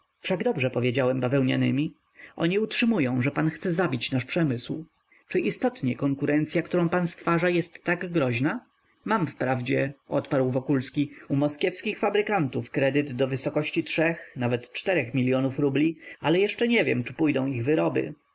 wszak dobrze powiedziałem bawełnianymi oni utrzymują że pan chce zabić nasz przemysł czy istotnie konkurencya którą pan stwarza jest tak groźna mam wprawdzie odparł wokulski u moskiewskich fabrykantów kredyt do wysokości trzech nawet czterech milionów rubli ale jeszcze nie wiem czy pójdą ich wyroby